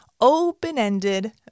open-ended